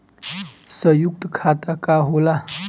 सयुक्त खाता का होला?